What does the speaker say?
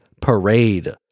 parade